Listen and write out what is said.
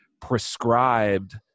prescribed